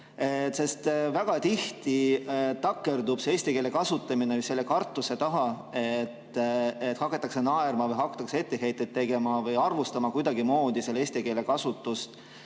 Väga tihti takerdub eesti keele kasutamine selle kartuse taha, et hakatakse naerma või hakatakse etteheiteid tegema või arvustama kuidagimoodi seda eesti keele kasutust,